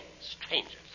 strangers